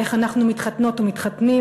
איך אנחנו מתחתנות ומתחתנים,